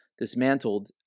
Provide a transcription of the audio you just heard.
dismantled